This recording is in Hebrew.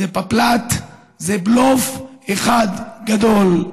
זה בבל"ת, זה בלוף אחד גדול.